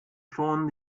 schon